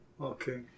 Okay